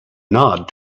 nod